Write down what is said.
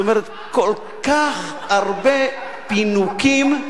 זאת אומרת, כל כך הרבה פינוקים.